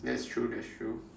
that's true that's true